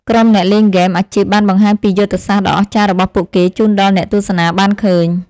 ក្រុមអ្នកលេងហ្គេមអាជីពបានបង្ហាញពីយុទ្ធសាស្ត្រដ៏អស្ចារ្យរបស់ពួកគេជូនដល់អ្នកទស្សនាបានឃើញ។